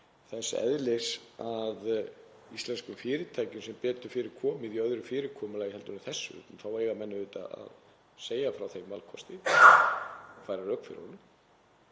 þess eðlis að íslenskum fyrirtækjum sé betur fyrir komið í öðru fyrirkomulagi en þessu þá eiga menn auðvitað að segja frá þeim valkosti og færa rök fyrir honum.